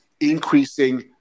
increasing